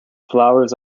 flowers